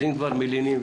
אז אם כבר מלינים,